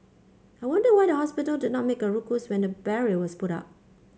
I wonder why the hospital did not make a ruckus when the barrier was put up